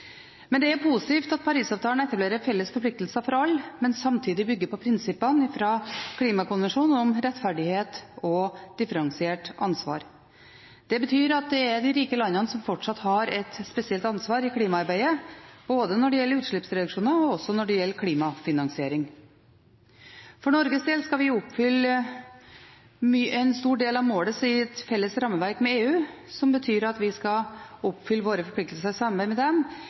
men samtidig bygger på prinsippene fra Klimakonvensjonen om rettferdighet og differensiert ansvar. Det betyr at det er de rike landene som fortsatt har et spesielt ansvar i klimaarbeidet både når det gjelder utslippsreduksjoner og også når det gjelder klimafinansiering. For Norges del skal vi oppfylle en stor del av målet i et felles rammeverk med EU, som betyr at vi skal oppfylle våre forpliktelser i samarbeid med dem.